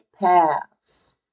paths